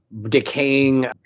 decaying